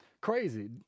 Crazy